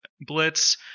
Blitz